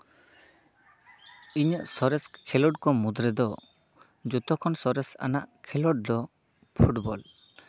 ᱤᱧᱟᱹᱜ ᱥᱚᱨᱮᱥ ᱠᱷᱮᱞᱳᱰ ᱠᱚ ᱢᱩᱫᱽᱨᱮ ᱨᱮᱫᱚ ᱡᱚᱛᱚ ᱠᱷᱚᱱ ᱥᱚᱨᱮᱥ ᱟᱱᱟᱜ ᱠᱷᱮᱞᱳᱰ ᱫᱚ ᱯᱷᱩᱴᱵᱚᱞ